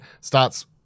starts